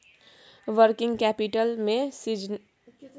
working capital में सीजनलो profit देखल जाइ छइ